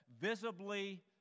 visibly